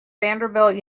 vanderbilt